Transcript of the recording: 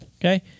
Okay